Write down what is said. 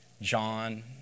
John